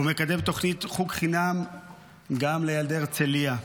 הוא מקדם תוכנית חוג חינם גם לילדי הרצליה.